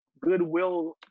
Goodwill